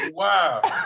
wow